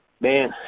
Man